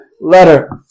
letter